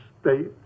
state